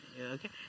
Okay